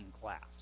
class